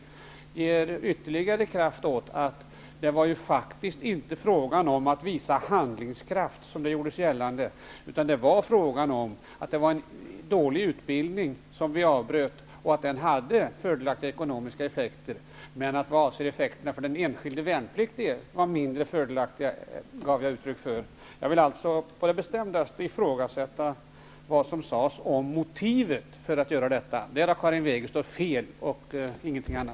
Det ger ytterligare kraft åt att det faktiskt inte var fråga om att visa handlingskraft, som det gjordes gällande. Det var en dålig utbildning som vi avbröt, vilket hade fördelaktiga ekonomiska effekter. Men jag gav också uttryck för att det hade mindre fördelaktiga effekter för den enskilde värnpliktige. Jag vill alltså på det bestämdaste ifrågasätta vad som sades om motivet för att göra detta. På den punkten har Karin Wegestål helt enkelt fel.